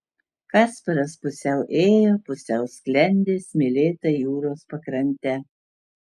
kasparas pusiau ėjo pusiau sklendė smėlėta jūros pakrante